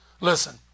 Listen